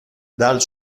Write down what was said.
dal